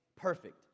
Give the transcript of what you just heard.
perfect